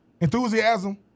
enthusiasm